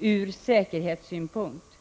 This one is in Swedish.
från säkerhetssynpunkt.